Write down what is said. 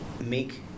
make